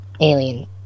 alien